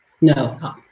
No